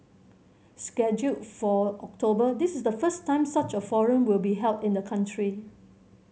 scheduled for October this is the first time such a forum will be held in the country